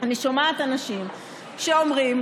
אני שומעת אנשים שאומרים: